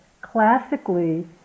classically